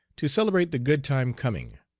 to celebrate the good time coming.